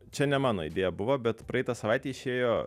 čia ne mano idėja buvo bet praeitą savaitę išėjo